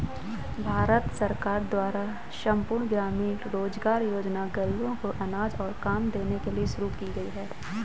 भारत सरकार द्वारा संपूर्ण ग्रामीण रोजगार योजना ग़रीबों को अनाज और काम देने के लिए शुरू की गई है